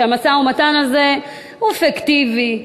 שהמשא-ומתן הזה הוא פיקטיבי.